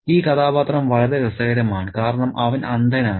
ഈ കഥാപാത്രം വളരെ രസകരമാണ് കാരണം അവൻ അന്ധനാണ്